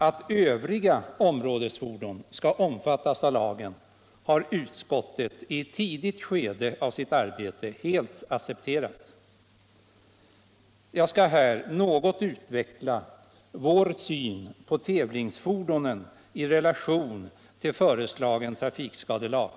Att övriga områdesfordon skall omfattas av lagen har utskottet i ett tidigt skede Nr 44 av sitt arbete helt accepterat. Jag skall här något utveckla vår syn på Fredagen den tävlingsfordonen i relation till föreslagen trafikskadelag.